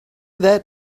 that